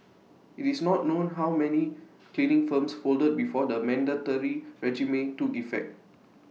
IT is not known how many cleaning firms folded before the mandatory regime took effect